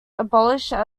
abolished